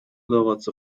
вдаваться